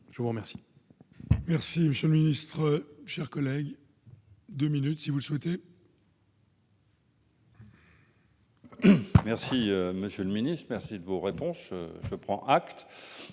Je vous remercie